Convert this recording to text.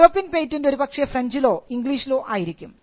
European patent ഒരുപക്ഷേ ഫ്രഞ്ചിലോ ഇംഗ്ലീഷിലോ ആയിരിക്കും